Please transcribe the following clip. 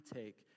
take